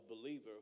believer